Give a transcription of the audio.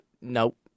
nope